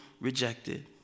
rejected